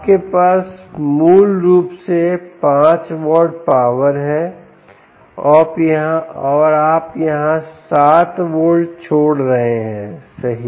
आपके पास मूल रूप से 5 वाट पावर है और आप यहां 7 वोल्ट छोड़ रहे हैं सही